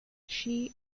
she